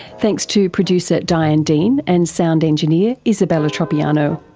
thanks to producer diane dean and sound engineer isabella tropiano.